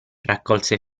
raccolse